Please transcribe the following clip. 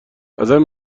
ازم